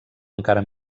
encara